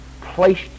placed